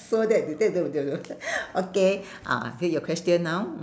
so that de~ that the the okay ah okay your question now